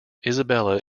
isabela